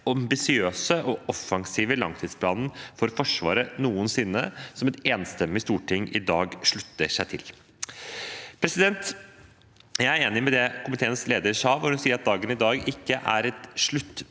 ambisiøse og offensive langtidsplanen for Forsvaret noensinne, som et enstemmig storting i dag slutter seg til. Jeg er enig i det komiteens leder sa, da hun sa at dagen i dag ikke er et